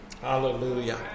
Hallelujah